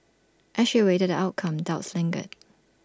as she awaited the outcome doubts lingered